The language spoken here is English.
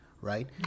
right